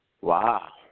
Wow